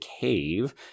cave